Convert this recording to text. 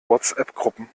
whatsappgruppen